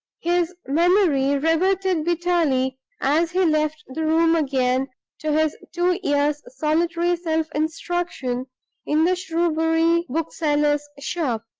his memory reverted bitterly as he left the room again to his two years' solitary self-instruction in the shrewsbury book-seller's shop.